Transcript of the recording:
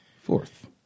fourth